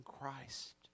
Christ